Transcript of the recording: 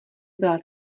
byla